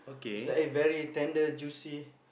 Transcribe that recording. is like a very tender juicy